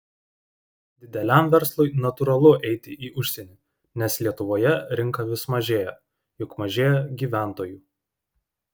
dideliam verslui natūralu eiti į užsienį nes lietuvoje rinka vis mažėja juk mažėja gyventojų